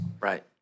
Right